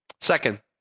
Second